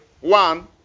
One